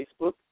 Facebook